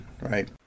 Right